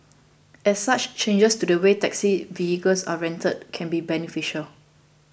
as such changes to the way taxi vehicles are rented can be beneficial